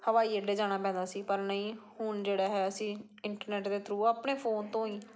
ਹਵਾਈ ਅੱਡੇ ਜਾਣਾ ਪੈਂਦਾ ਸੀ ਪਰ ਨਹੀਂ ਹੁਣ ਜਿਹੜਾ ਹੈ ਅਸੀਂ ਇੰਟਰਨੈੱਟ ਦੇ ਥਰੂ ਅਸੀਂ ਆਪਣੇ ਫੋਨ ਤੋਂ ਹੀ